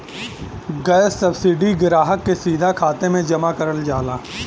gas subsidy ग्राहक के सीधा खाते में जमा करल जाला